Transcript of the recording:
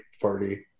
party